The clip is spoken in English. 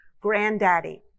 granddaddy